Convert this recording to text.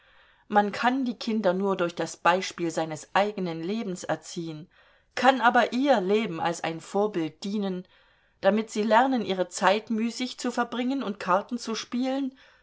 man kann die kinder nur durch das beispiel seines eigenen lebens erziehen kann aber ihr leben als ein vorbild dienen damit sie lernen ihre zeit müßig zu verbringen und karten zu spielen